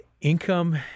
Income